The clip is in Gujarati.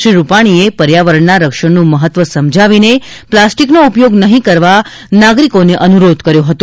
શ્રી રૂપાણીએ પર્યાવરણના રક્ષણનું મહત્વ સમજાવીને પ્લાસ્ટીકનો ઉપયોગ નહીં કરવા નાગરીકોને અનુરોધ કર્યો હતો